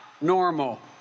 normal